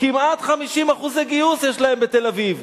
כמעט 50% גיוס יש להם בתל-אביב.